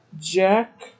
Jack